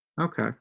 okay